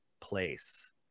place